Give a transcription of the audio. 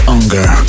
Unger